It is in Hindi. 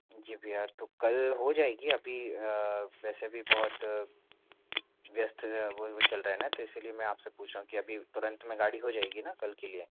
जी भैया तो कल हो जाएगी अभी वैसे भी बहुत व्यस्त चल रहा है ना तो इसलिए मैं आपसे पूछ रहा हूँ कि अभी तुरंत में गाड़ी हो जाएगी न कल के लिए